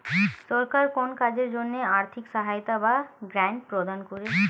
সরকার কোন কাজের জন্য আর্থিক সহায়তা বা গ্র্যান্ট প্রদান করে